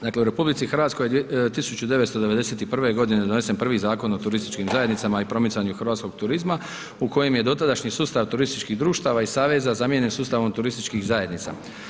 Dakle, u RH 1991. godine je donesen prvi Zakon o turističkim zajednicama i promicanju hrvatskog turizma u kojem je dotadašnji sustav turističkih društava i saveza zamijenjen sustavom turističkih zajednica.